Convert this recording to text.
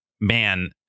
man